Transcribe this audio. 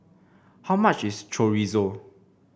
how much is Chorizo